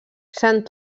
sant